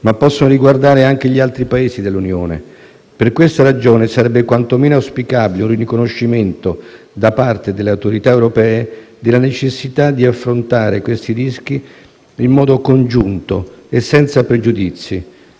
ma possono riguardare anche gli altri Paesi dell'Unione. Per questa ragione, sarebbe quantomeno auspicabile un riconoscimento da parte delle autorità europee della necessità di affrontare questi rischi in modo congiunto e senza pregiudizi.